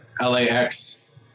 LAX